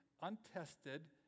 untested